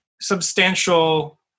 substantial